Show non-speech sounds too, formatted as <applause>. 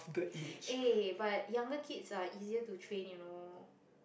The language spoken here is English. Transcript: <breath> eh but younger kids are easier to train you know